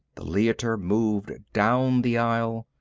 the leiter moved down the aisle.